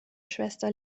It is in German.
schwester